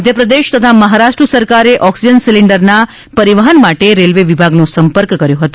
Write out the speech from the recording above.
મધ્યપ્રદેશ તથા મહારાષ્ટ્ર સરકારે ઓક્સિજન સીલીન્ડરના પરીવહન માટે રેલ્વે વિભાગનો સંપર્ક કર્યો હતો